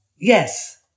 Yes